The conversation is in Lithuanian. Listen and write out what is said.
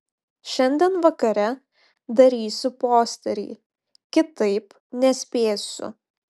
šiandien vakare darysiu posterį kitaip nespėsiu